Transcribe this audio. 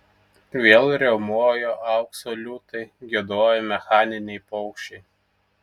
vėl riaumojo aukso liūtai giedojo mechaniniai paukščiai